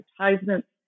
advertisements